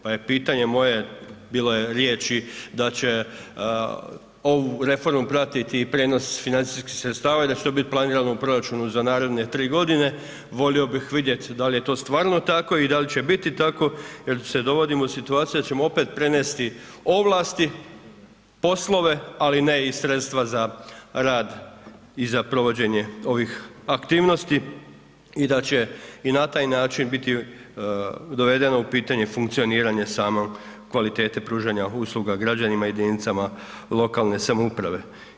Pa je pitanje moje, bilo je riječi da će ovu reformu pratiti i prijenos financijskih sredstava i da će to biti planirano u proračuna za naredne 3 godine, volio bih vidjeti da li je to stvarno tako i da li će biti tako jer se dovodimo u situaciju da ćemo opet prenesti ovlasti, poslove, ali ne i sredstva za rad i za provođenje ovih aktivnosti i da će i na taj način biti dovedeno u pitanje funkcioniranje same kvalitete pružanja usluge građanima i jedinicama lokalne samouprave.